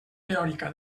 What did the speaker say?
teòrica